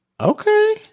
Okay